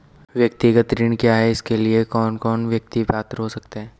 व्यक्तिगत ऋण क्या है इसके लिए कौन कौन व्यक्ति पात्र हो सकते हैं?